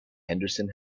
henderson